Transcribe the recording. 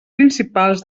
principals